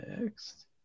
Next